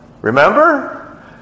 remember